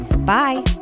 Bye